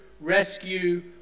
rescue